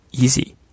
easy